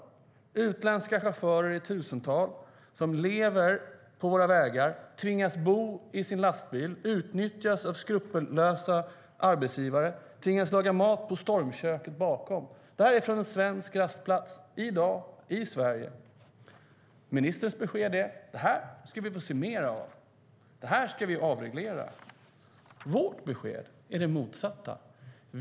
Det är utländska chaufförer i tusental som lever på våra vägar. De tvingas bo i sina lastbilar. De utnyttjas av skrupelfria arbetsgivare och tvingas laga mat med stormkök. Den här bilden är från en rastplast i Sverige, i dag. Ministerns besked är: Det här ska vi få se mer av. Det här ska vi avreglera. Vårt besked är det motsatta.